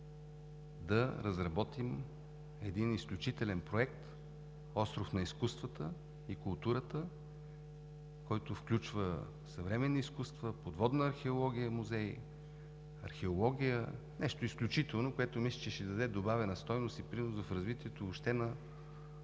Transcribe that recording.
да изработим един изключителен проект „Остров на изкуствата и културата“, който включва съвременни изкуства, подводна археология и музей, археология – нещо изключително, което, мисля, че ще даде добавена стойност и принос в развитието въобще на